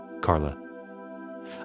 Carla